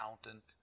accountant